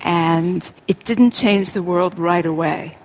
and it didn't change the world right away.